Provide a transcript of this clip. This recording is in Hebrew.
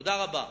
תודה רבה.